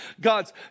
God's